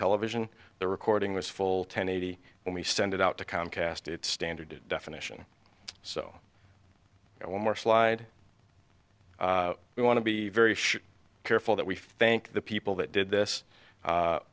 television the recording was full ten eighty when we send it out to comcast it's standard definition so one more slide we want to be very short careful that we thank the people that did this